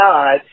God